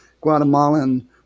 Guatemalan